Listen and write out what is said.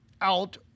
out